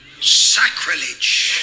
Sacrilege